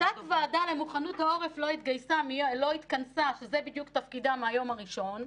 תת ועדה למוכנות העורף לא התכנסה שזה בדיוק תפקידה מהיום הראשון,